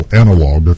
analog